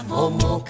Momo